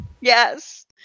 Yes